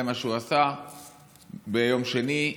זה מה שהוא עשה ביום שני.